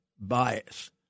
bias